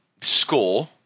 score